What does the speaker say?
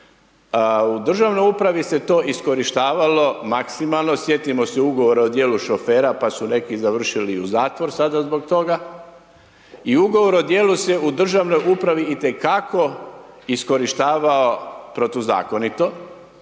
U državnoj upravi se to iskorištavalo maksimalno. Sjetimo se Ugovora o djelu šofera, pa su neki završili i u zatvor sada zbog toga i Ugovor o djelu se u državnoj upravi itekako iskorištavao protuzakonito